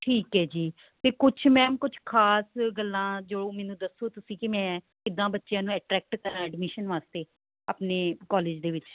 ਠੀਕ ਹੈ ਜੀ ਅਤੇ ਕੁਛ ਮੈਮ ਕੁਛ ਖਾਸ ਗੱਲਾਂ ਜੋ ਮੈਨੂੰ ਦੱਸੋ ਤੁਸੀਂ ਕਿ ਮੈਂ ਕਿੱਦਾਂ ਬੱਚਿਆਂ ਨੂੰ ਅਟਰੈਕਟ ਕਰਾਂ ਐਡਮਿਸ਼ਨ ਵਾਸਤੇ ਆਪਣੇ ਕੋਲੇਜ ਦੇ ਵਿੱਚ